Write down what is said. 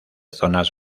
zonas